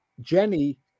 Jenny